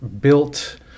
built